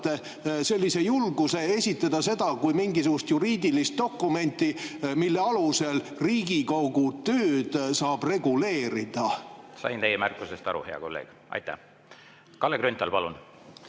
sellise julguse esitada seda kui mingisugust juriidilist dokumenti, mille alusel Riigikogu tööd saab reguleerida. Sain teie märkusest aru, hea kolleeg. Aitäh! Kalle Grünthal, palun!